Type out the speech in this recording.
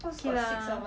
okay lah